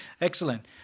excellent